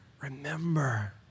remember